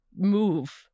move